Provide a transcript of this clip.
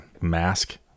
mask